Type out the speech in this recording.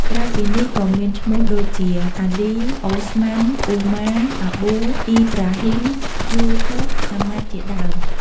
ក្រៅពីនេះ ក៏មានឈ្មោះដូចជា អាលី , អូស្មាន , អ៊ូម៉ារ , អាប៊ូ , អ៊ីប្រាហ៊ីម , យូស៊ុហ្វ , អាហ្មាត់ ជាដើម។